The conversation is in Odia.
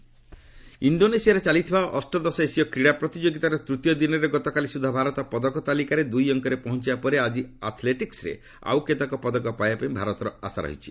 ଏସିଆଡ୍ ଇଣ୍ଡୋନେସିଆରେ ଚାଲିଥିବା ଅଷ୍ଟଦଶ ଏସୀୟ କ୍ରୀଡ଼ା ପ୍ରତିଯୋଗିତାର ତୃତୀୟ ଦିନରେ ଗତକାଲି ସୁଦ୍ଧା ଭାରତ ପଦକ ତାଲିକାରେ ଦୁଇ ଅଙ୍କରେ ପହଞ୍ଚିବା ପରେ ଆଜି ଆଥ୍ଲେଟିକ୍ନରେ ଆଉ କେତେକ ପଦକ ପାଇବା ପାଇଁ ଭାରତର ଆଶା ରହିଛି